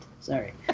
Sorry